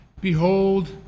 Behold